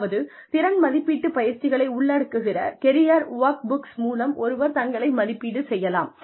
அதாவது திறன் மதிப்பீட்டுப் பயிற்சிகளை உள்ளடக்குகிற கெரியர் வொர்க்புக்ஸ் மூலம் ஒருவர் தங்களை மதிப்பீடு செய்யலாம்